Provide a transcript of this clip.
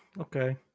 Okay